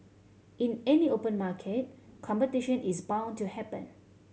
in any open market competition is bound to happen